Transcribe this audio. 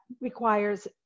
requires